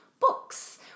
books